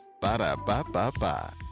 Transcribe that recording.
Ba-da-ba-ba-ba